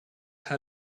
how